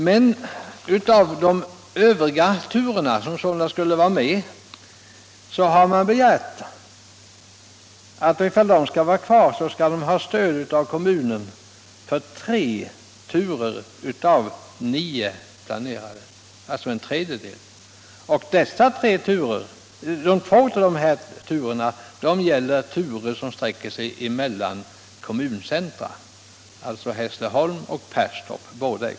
Men beträffande de övriga linjerna, som alltså skulle vara med på listan, har man begärt att om trafiken där skall vara kvar, så skall man ha stöd av kommunen för tre av nio planerade turer, alltså en tredjedel. Och två av dessa tre turer gäller sträckor mellan två kommuncentra, Hässleholm och Perstorp.